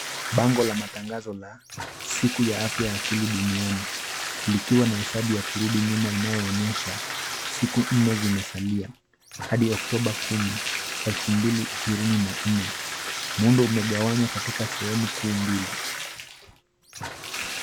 Bango la matangazo la siku ya afya ya akili duniani, likiwa na hesabu ya kurudi nyuma inayoonyesha siku nne zimesalia hadi oktoba kumi 2024. Muundo umegawanywa katika sehemu kuu mbili.